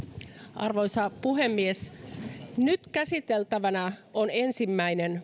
arvoisa puhemies nyt käsiteltävänä on ensimmäinen